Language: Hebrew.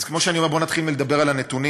אז כמו שאני אומר, בואו נתחיל מלדבר על הנתונים: